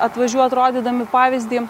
atvažiuot rodydami pavyzdį